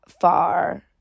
far